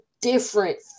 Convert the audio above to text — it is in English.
different